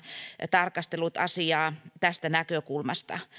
tarkastellut asiaa tästä näkökulmasta